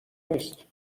نیست